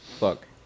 Look